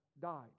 died